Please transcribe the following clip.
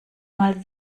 mal